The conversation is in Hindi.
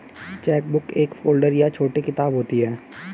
चेकबुक एक फ़ोल्डर या छोटी किताब होती है